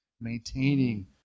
maintaining